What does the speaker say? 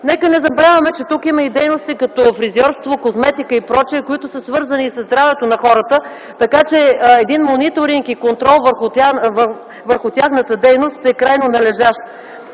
Нека не забравяме, че тук има дейности като фризьорство, козметика и пр., свързани със здравето на хората. Един мониторинг и контрол върху тяхната дейност е крайно належащ.